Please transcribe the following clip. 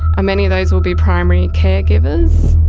and many of those will be primary caregivers.